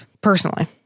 personally